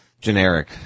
generic